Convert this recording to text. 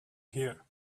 here